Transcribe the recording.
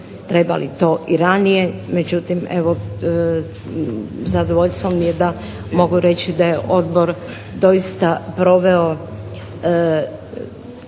trebali to i ranije. Međutim, evo zadovoljstvo mi je da mogu reći da je odbor doista proveo